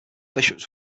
bishops